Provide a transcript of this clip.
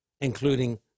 including